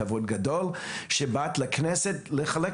זה כבוד גדול שבאת לכנסת כדי לחלוק